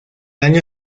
año